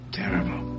terrible